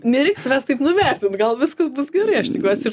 nereik savęs taip nuvertint gal viskas bus gerai aš tikiuosi ir